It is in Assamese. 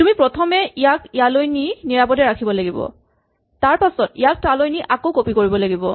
তুমি প্ৰথমে ইয়াক ইয়ালৈ নি নিৰাপদে ৰাখিব লাগিব তাৰপাছত ইয়াক তালৈ নি আকৌ কপি কৰিব লাগিব